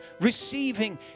receiving